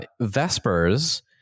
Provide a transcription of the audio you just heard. Vespers